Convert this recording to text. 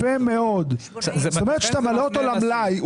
זאת אומרת שאתה מעלה אותו למלאי.